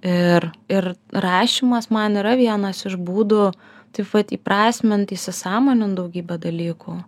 ir ir rašymas man yra vienas iš būdų taip vat įprasmint įsisąmonint daugybę dalykų